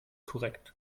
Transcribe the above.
korrekt